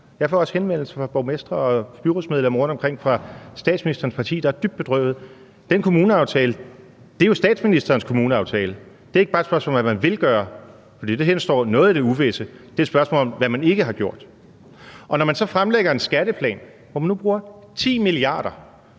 jeg får også henvendelser fra borgmestre og byrådsmedlemmer rundtomkring fra statsministerens parti, der er dybt bedrøvede – er jo statsministerens kommuneaftale. Det er ikke bare et spørgsmål om, hvad man vil gøre, for det henstår noget i det uvisse; det er et spørgsmål om, hvad man ikke har gjort. Når man så fremlægger en skatteplan, hvor man nu bruger 10 mia. kr.,